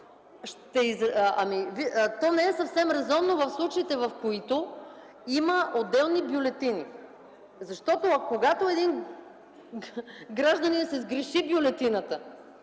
То не е съвсем резонно в случаите, в които има отделни бюлетини. Когато един гражданин си сгреши бюлетината